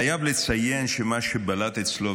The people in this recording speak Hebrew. אני חייב לציין שמה שבלט אצלו,